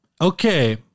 Okay